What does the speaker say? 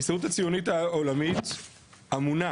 ההסתדרות הציונית העולמית אמונה